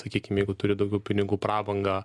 sakykim jeigu turi daugiau pinigų prabangą